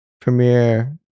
Premiere